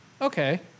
Okay